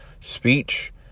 speech